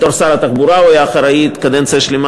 בתור שר התחבורה הוא היה אחראי קדנציה שלמה